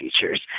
features